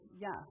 yes